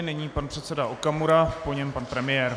Nyní pan předseda Okamura, po něm pan premiér.